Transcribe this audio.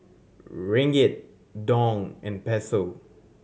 Ringgit Dong and Peso